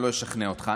אני לא אשכנע אותך.